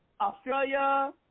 Australia